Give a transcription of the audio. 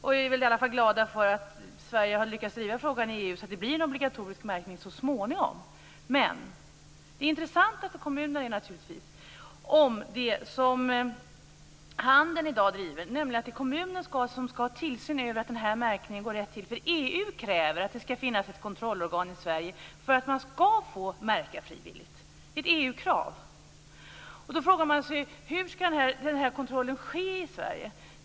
Vi är väl i alla fall glada över att Sverige har lyckats driva frågan i EU så att det blir en obligatorisk märkning så småningom. Det intressanta för kommunerna är naturligtvis det som handeln i dag driver, nämligen att det är kommunen som ska ha tillsyn över att märkningen går rätt till. EU kräver att det skall finnas ett kontrollorgan i Sverige för att man skall få märka frivilligt. Det är ett EU-krav. Man frågar sig då hur kontrollen skall ske i Sverige.